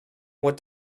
what